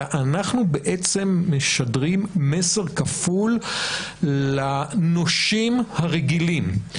אלא אנחנו משדרים מסר כפול לנושים הרגילים.